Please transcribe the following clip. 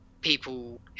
people